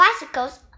bicycles